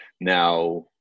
Now